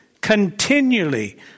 continually